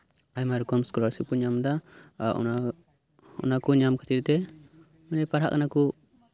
ᱟᱭᱢᱟ ᱨᱚᱠᱚᱢ ᱥᱠᱞᱟᱨᱥᱤᱯ ᱧᱟᱢ ᱫᱟᱲᱮᱭᱟᱜᱼᱟ ᱚᱱᱟ ᱚᱱᱟᱠᱚ ᱧᱟᱢ ᱠᱷᱟᱛᱤᱨᱛᱮ ᱯᱟᱲᱦᱟᱜ ᱠᱟᱱᱟ ᱠᱚ